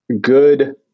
good